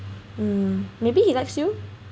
um maybe he likes you